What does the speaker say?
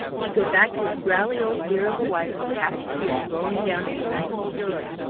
he'd go back to his growley old dear of a wife with happy tears rolling down his nice old cheeks.